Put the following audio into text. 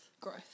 Growth